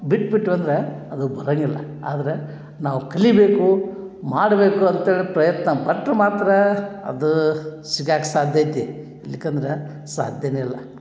ಬಿಟ್ಬಿಟ್ವಿ ಅಂದರೆ ಅದು ಬರಂಗಿಲ್ಲ ಆದರೆ ನಾವು ಕಲಿಬೇಕು ಮಾಡಬೇಕು ಅಂತ್ಹೇಳಿ ಪ್ರಯತ್ನಪಟ್ರೆ ಮಾತ್ರ ಅದು ಸಿಗಾಕೆ ಸಾಧ್ಯ ಐತಿ ಇಲ್ಲಿಕಂದ್ರೆ ಸಾಧ್ಯನೇ ಇಲ್ಲ